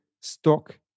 stock